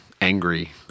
angry